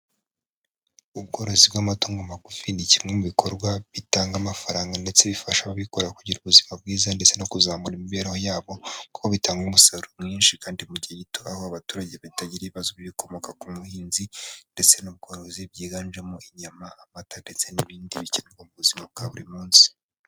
Ubworozi bw'amatungo magufi ni kimwe mu bikorwa bitanga amafaranga ndetse bifasha ababikora kugira ubuzima bwiza ndetse no kuzamura imibereho yabo, kuko bitanga umusaruro mwinshi kandi mu gihe gito, aho abaturage batagira ibibazo by'ibikomoka ku buhinzi ndetse n'ubworozi, byiganjemo inyama, amata ndetse n'ibindi bikenewe mu buzima bwa buri munsi.